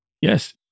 Yes